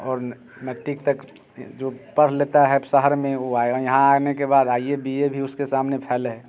और मैट्टिक तक जो पढ़ लेता है शहर में वो यहाँ आने के बाद भी उसके सामने फैल है